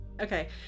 okay